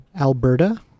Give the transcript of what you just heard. Alberta